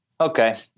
Okay